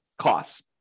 costs